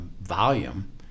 volume